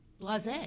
blase